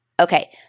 Okay